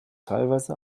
teilweise